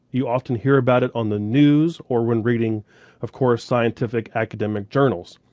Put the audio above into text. you often hear about it on the news or when reading of course, scientific academic journals.